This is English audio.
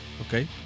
okay